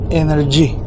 energy